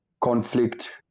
conflict